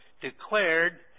declared